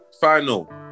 final